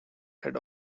head